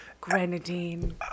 Grenadine